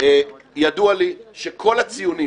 ידוע לי שכל הציונים